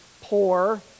poor